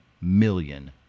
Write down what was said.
million